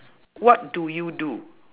what do you do